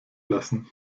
lassen